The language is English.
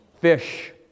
fish